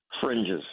fringes